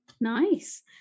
Nice